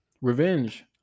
revenge